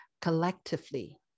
collectively